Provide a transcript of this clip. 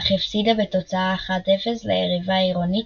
אך הפסידה בתוצאה 01 ליריבה העירונית,